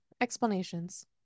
explanations